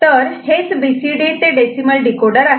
तर हेच बीसीडी ते डेसिमल डीकोडर आहे